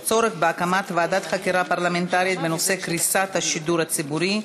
בנושא: הצורך בהקמת ועדת חקירה פרלמנטרית בנושא קריסת השידור הציבורי,